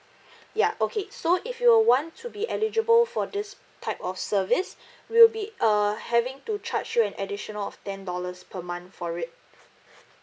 ya okay so if you want to be eligible for this type of service we'll be err having to charge you an additional of ten dollars per month for it